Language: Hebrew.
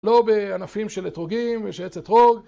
‫לא בענפים של אתרוגים, ‫יש עץ אתרוג.